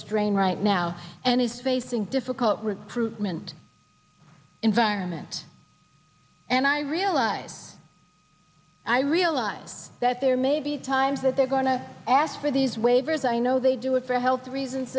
strain right now and he's facing difficult with proof meant environment and i realize i realize that there may be times that they're going to ask for these waivers i know they do it for health reasons